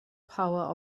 power